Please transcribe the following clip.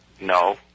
no